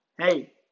Hey